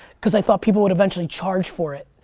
cause i thought people would eventually charge for it.